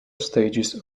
stages